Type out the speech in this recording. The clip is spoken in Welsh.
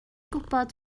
gwybod